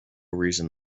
reason